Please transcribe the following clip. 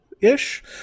ish